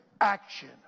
action